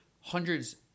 hundreds